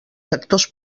sectors